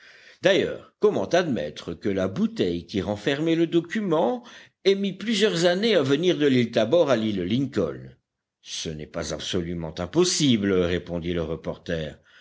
d'ailleurs comment admettre que la bouteille qui renfermait le document ait mis plusieurs années à venir de l'île tabor à l'île lincoln ce n'est pas absolument impossible répondit le reporter